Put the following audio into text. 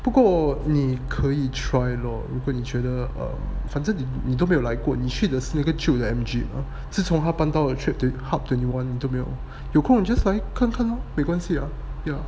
不过你可以 try lor 如果你觉得 um 反正你都没有来过你去的旧的 M_G 自从它搬到 trip~ hub twenty one 你都没有有空你就来看看 lor 没关系 yeah